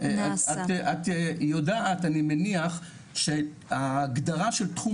את יודעת אני מניח שההגדרה של תחום